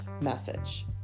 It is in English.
message